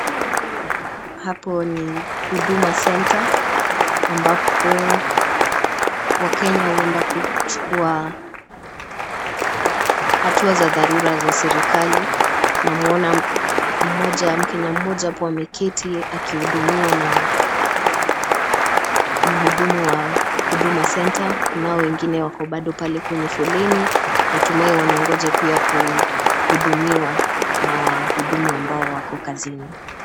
Hapo ni Huduma Center, ambapo wakenya huenda kuchukua hatua za dharura za serikali, namwona mmoja mkenya mmoja hapo ameketi akihudumiwa na mhudumu wa Huduma Center. Kunao wengine wako bado pale kwenye foleni, natumai wanangoja pia kuhudumiwa na wahudumu ambao wako kazini.